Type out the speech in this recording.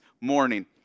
morning